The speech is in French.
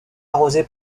arrosée